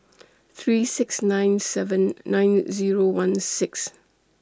three six nine seven nine Zero one six